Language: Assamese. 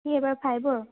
সি এইবাৰ ফাইবৰ